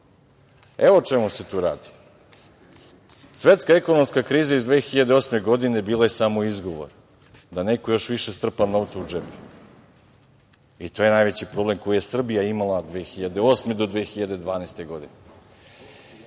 Evo o čemu se tu radi. Svetska ekonomska kriza iz 2008. godine bila je samo izgovor, da neko još više strpa novac u džep. To je najveći problem koji je Srbija imala 2008. do 2012. godine.